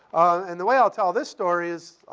and the way i'll tell this story is